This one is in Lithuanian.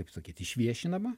kaip sakyt išviešinama